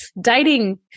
dating